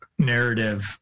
narrative